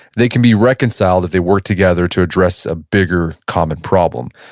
they can be reconciled if they work together to address a bigger common problem.